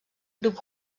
grup